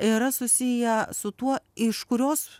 yra susiję su tuo iš kurios